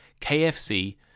KFC